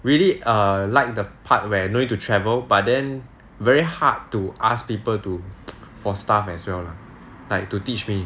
really err like the part where no need to travel but then very hard to ask people to for stuff as well lah like to teach me